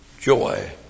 joy